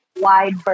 wide